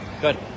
Good